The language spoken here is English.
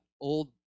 old